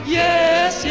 yes